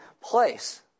place